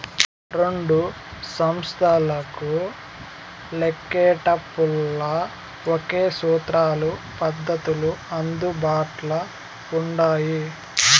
రెండు సంస్తలకు లెక్కేటపుల్ల ఒకే సూత్రాలు, పద్దతులు అందుబాట్ల ఉండాయి